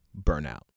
burnout